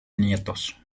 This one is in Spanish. nietos